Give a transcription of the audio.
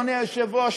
אדוני היושב-ראש,